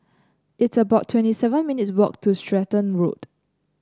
it's about twenty seven minutes' walk to Stratton Road